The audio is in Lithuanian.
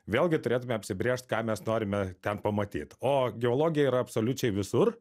vėlgi turėtume apsibrėžt ką mes norime ten pamatyt o geologija yra absoliučiai visur